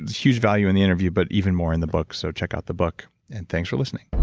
huge value in the interview, but even more in the book so check out the book and thanks for listening